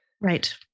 Right